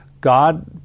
God